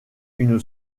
une